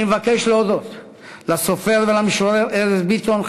אני מבקש להודות לסופר והמשורר ארז ביטון,